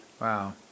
Wow